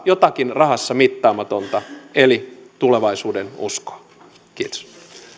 jotakin rahassa mittaamatonta eli tulevaisuudenuskoa kiitos